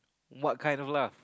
what kind lah